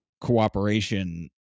cooperation